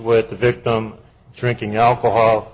with the victim drinking alcohol